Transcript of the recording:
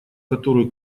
которую